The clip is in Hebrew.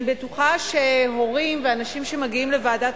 אני בטוחה שהורים ואנשים שמגיעים לוועדת